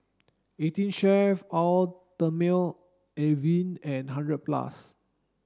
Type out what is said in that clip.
Eighteen Chef Eau Thermale Avene and hundred plus